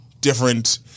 different